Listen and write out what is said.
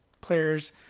players